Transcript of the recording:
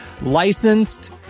licensed